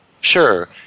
Sure